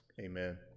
Amen